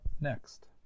next